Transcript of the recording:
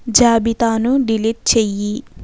జాబితాను డిలీట్ చెయ్యి